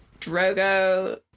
drogo